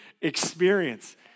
experience